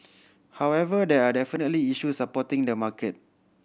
however there are definitely issues supporting the market